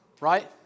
right